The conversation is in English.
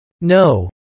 No